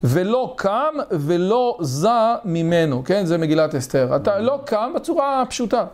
ולא קם ולא זע ממנו, כן? זה מגילת אסתר. אתה לא קם בצורה פשוטה.